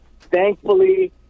thankfully